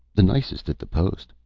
the nicest at the post,